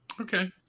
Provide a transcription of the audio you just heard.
Okay